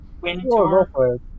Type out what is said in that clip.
Winter